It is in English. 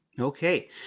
Okay